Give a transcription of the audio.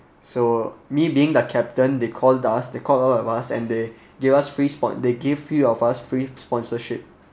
so me being the captain they called us they called all of us and they give us free spot they give few of us free sponsorship